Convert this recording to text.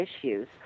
issues